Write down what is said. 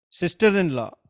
sister-in-law